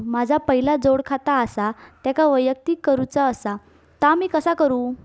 माझा पहिला जोडखाता आसा त्याका वैयक्तिक करूचा असा ता मी कसा करू?